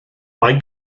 mae